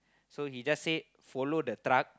so he just said follow the truck